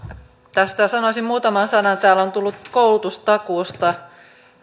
tästä sanoisin muutaman sanan täällä on tullut koulutustakuusta